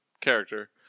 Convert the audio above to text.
character